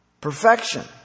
Perfection